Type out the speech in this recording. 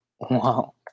Wow